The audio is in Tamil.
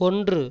ஒன்று